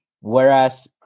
Whereas